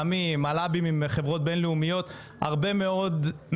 הרבה מאוד מהיקף הפעילות שלנו מושקע בחינוך.